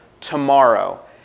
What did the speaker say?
tomorrow